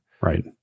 Right